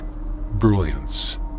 brilliance